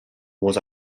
was